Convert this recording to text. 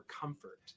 Comfort